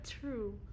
True